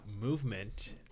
movement